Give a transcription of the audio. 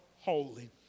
holy